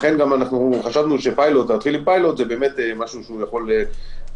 לכן חשבנו שלהתחיל עם פיילוט זה משהו שיכול גם